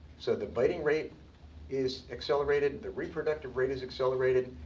so the biting rate is accelerated. the reproductive rate is accelerated.